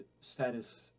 status